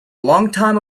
longtime